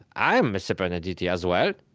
i am a separate entity, as well.